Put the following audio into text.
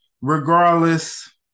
Regardless